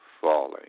falling